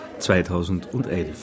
2011